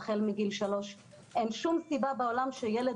החל מגיל 3. אין שום סיבה בעולם שילד